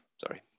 sorry